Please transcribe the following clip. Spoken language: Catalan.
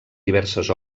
diverses